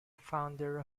founder